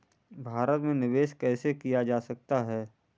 भारत में निवेश कैसे किया जा सकता है?